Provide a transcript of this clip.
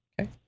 okay